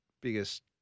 biggest